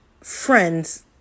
friends